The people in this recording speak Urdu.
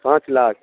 پانچ لاکھ